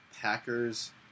Packers